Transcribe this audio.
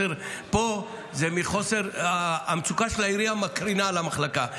פה המצוקה של העירייה מקרינה על המחלקה.